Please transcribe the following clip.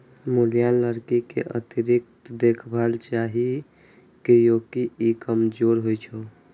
मुलायम लकड़ी कें अतिरिक्त देखभाल चाही, कियैकि ई कमजोर होइ छै